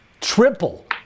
triple